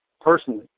personally